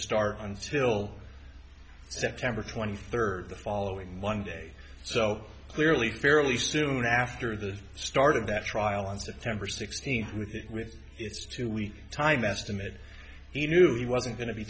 start until september twenty third the following monday so clearly fairly soon after the start of that trial on september sixteenth with its two week time estimate he knew he wasn't going to be